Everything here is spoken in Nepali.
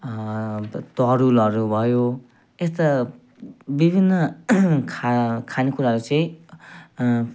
तरुलहरू भयो यस्तो विभिन्न खा खानेकुराहरू चाहिँ